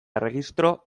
erregistro